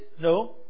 No